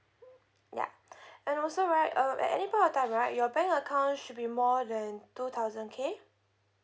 ya and also right um at any point of time right your bank account should be more than two thousand K